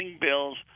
bills